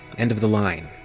end of the line,